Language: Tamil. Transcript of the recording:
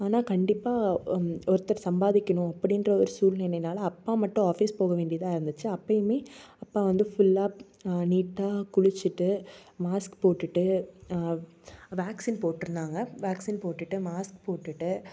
ஆனால் கண்டிப்பாக ஒருத்தர் சம்பாதிக்கணும் அப்படின்ற ஒரு சூழ்நிலையினால் அப்பா மட்டும் ஆஃபிஸ் போக வேண்டியதாக இருந்துச்சு அப்போயுமே அப்பா வந்து ஃபுல்லாக நீட்டாக குளித்துட்டு மாஸ்க்கு போட்டுட்டு வேக்சின் போட்டிருந்தாங்க வேக்சின் போட்டுட்டு மாஸ்க் போட்டுட்டு